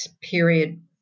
period